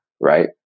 Right